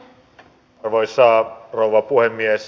arvoisa rouva puhemies